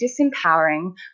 disempowering